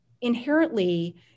inherently